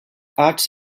hats